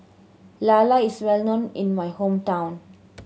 lala is well known in my hometown